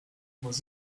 was